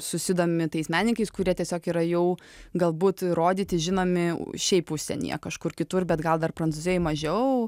susidomi tais menininkais kurie tiesiog yra jau galbūt įrodyti žinomi šiaip užsienyje kažkur kitur bet gal dar prancūzijoj mažiau